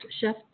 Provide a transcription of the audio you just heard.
Chef